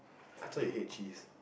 I thought you hate cheese